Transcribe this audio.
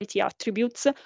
attributes